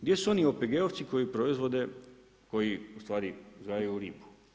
Gdje su ono OPG-ovci koji proizvode, koji u stvari, uzgajaju ribu?